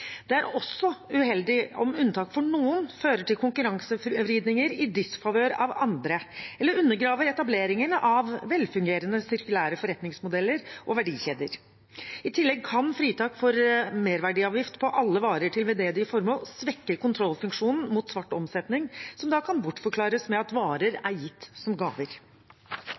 Det er også uheldig om unntak for noen fører til konkurransevridninger i disfavør av andre, eller undergraver etableringene av velfungerende sirkulære forretningsmodeller og verdikjeder. I tillegg kan fritak for merverdiavgift på alle varer til veldedige formål svekke kontrollfunksjonen mot svart omsetning, som da kan bortforklares med at varer er gitt som gaver.